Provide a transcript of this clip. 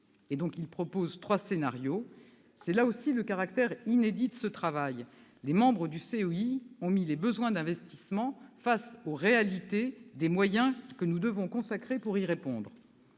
? Il propose trois scénarios. C'est là aussi le caractère inédit de ce travail : les membres du COI ont placé les besoins d'investissements face aux réalités des moyens que nous devons y consacrer. Le scénario